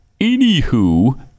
Anywho